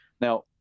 Now